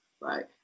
Right